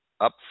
up